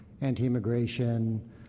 anti-immigration